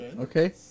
okay